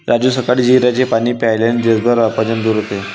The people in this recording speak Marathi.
राजू सकाळी जिऱ्याचे पाणी प्यायल्याने दिवसभराचे अपचन दूर होते